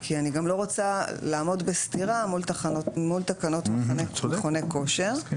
כי אני גם לא רוצה לעמוד בסתירה מול תקנות מכוני כושר -- אני מסכים.